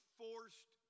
forced